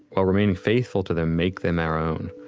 while remaining faithful to them, make them our own.